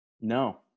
No